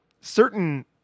certain